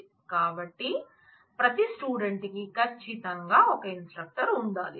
కాబట్టి ప్రతి స్టూడెంట్ కి ఖచ్చితంగా ఒక ఇన్స్ట్రక్టర్ ఉండాలి